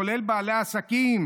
כולל בעלי העסקים,